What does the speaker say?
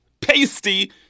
pasty